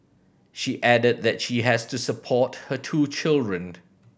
she added that she has to support her two children